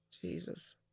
Jesus